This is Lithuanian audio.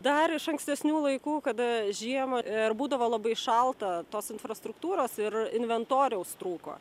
dar iš ankstesnių laikų kada žiema ir būdavo labai šalta tos infrastruktūros ir inventoriaus trūko